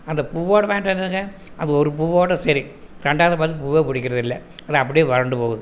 அந்த பூவோடு வாங்கிட்டு வந்தாங்க அந்த ஒரு பூவோடு சரி ரெண்டாவது பார்த்தா பூவே பிடிக்குறதில்ல அது அப்படியே வறண்டு போகுது